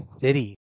City